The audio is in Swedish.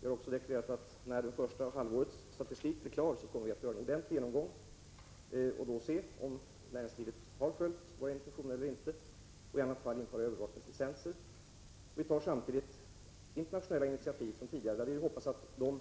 Jag kan också nämna att när det första halvårets statistik är klar, kommer vi att göra en ordentlig genomgång och se om näringslivet följt våra intentioner eller inte. I annat fall får man införa övervakningslicenser. Samtidigt tar vi internationella initiativ. Vi hoppas att vi med